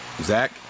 Zach